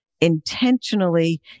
intentionally